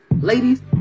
Ladies